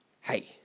hey